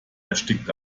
erstickt